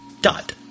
dot